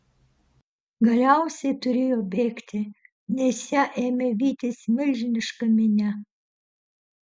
galiausiai turėjo bėgti nes ją ėmė vytis milžiniška minia